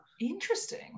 interesting